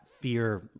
fear